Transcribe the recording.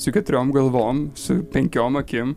su keturiom galvom su penkiom akim